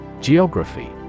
Geography